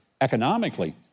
economically